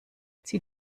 zieh